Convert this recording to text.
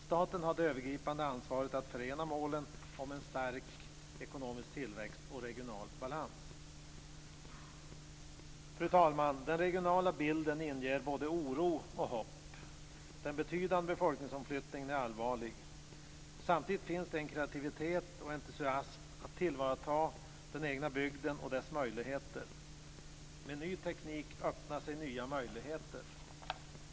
Staten har det övergripande ansvaret för att förena målen om stark ekonomisk tillväxt och regional balans. Fru talman! Den regionala bilden inger både oro och hopp. Den betydande befolkningsomflyttningen är allvarlig. Samtidigt finns det en kreativitet och entusiasm när det gäller att tillvarata den egna bygden och dess möjligheter. Med ny teknik öppnar sig nya möjligheter.